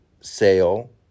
sale